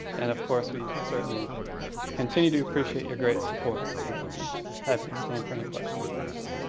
and of course we certainly continue to appreciate your great support. and i'd be happy to stay and for any questions you may have.